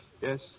Yes